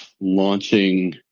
launching